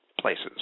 places